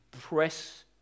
press